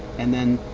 and then,